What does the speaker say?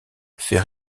fait